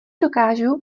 dokážu